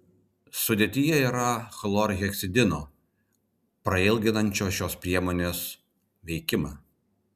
sudėtyje yra chlorheksidino prailginančio šios priemonės veikimą